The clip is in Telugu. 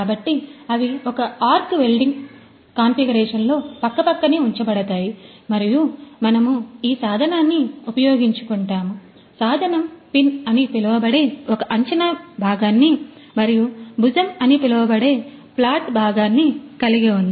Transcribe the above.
కాబట్టి అవి ఒక ఆర్క్ వెల్డింగ్ కాన్ఫిగరేషన్లో పక్కపక్కనే ఉంచబడతాయి మరియు మనము ఈ సాధనాన్ని ఉపయోగించుకుంటాము సాధనం పిన్ అని పిలువబడే ఒక అంచనా భాగాన్ని మరియు భుజం అని పిలువబడే ఫ్లాట్ భాగాన్ని కలిగి ఉంది